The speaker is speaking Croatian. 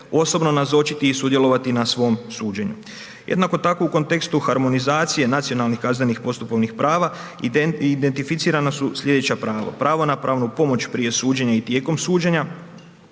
osobno nazočiti i sudjelovati na svom suđenju. Jednako tako u kontekstu harmonizacije nacionalnih kaznenih postupovnih prava, identificirana su slijedeća prava. Pravo na pravnu pomoć prije suđenja i tijekom suđenja,